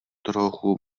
trochu